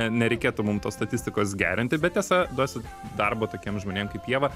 ne nereikėtų mum tos statistikos gerinti bet tiesa duosit darbo tokiem žmonėm kaip ieva